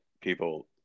people